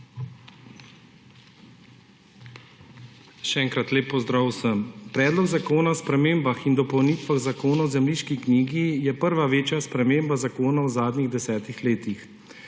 Še enkrat lep pozdrav vsem! Predlog zakona o spremembah in dopolnitvah Zakona o zemljiški knjigi je prva večja sprememba zakona v zadnjih 10 letih.